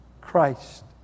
Christ